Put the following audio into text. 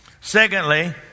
Secondly